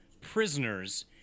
prisoners